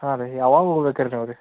ಹಾಂ ರೀ ಯಾವಾಗ ಹೊಗ್ಬೇಕು ರೀ ನೀವು ರೀ